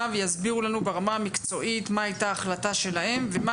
ויסבירו לנו ברמה המקצועית מה הייתה החלטה שלהם ומה